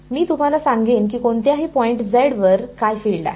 मी तुम्हाला सांगेन की कोणत्याही पॉईंट z वर काय फिल्ड आहे